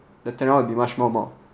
the turnout will be much much more